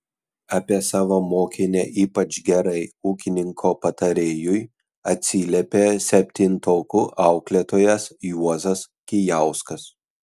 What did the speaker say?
apie savo mokinę ypač gerai ūkininko patarėjui atsiliepė septintokų auklėtojas juozas kijauskas